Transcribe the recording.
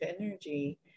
energy